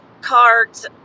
cards